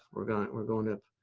we're gonna we're going up